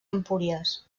empúries